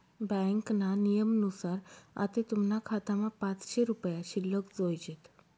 ब्यांकना नियमनुसार आते तुमना खातामा पाचशे रुपया शिल्लक जोयजेत